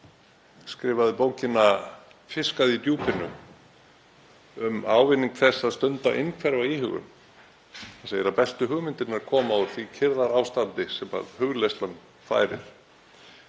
skrifaði bókina Fiskað í djúpinu um ávinning þess að stunda innhverfa íhugum. Hann segir að bestu hugmyndirnar komi úr því kyrrðarástandi sem hugleiðslan færir.